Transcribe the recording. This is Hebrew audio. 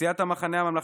סיעת המחנה הממלכתי,